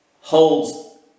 holds